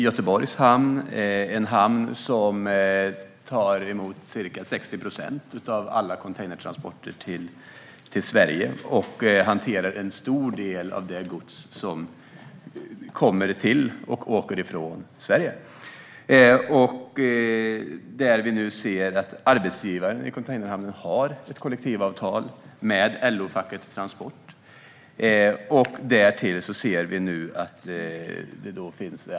Göteborgs hamn tar emot ca 60 procent av alla containertransporter till Sverige och hanterar en stor del av det gods som kommer till och åker från Sverige. Arbetsgivaren i containerhamnen har ett kollektivavtal med LO-facket Transport.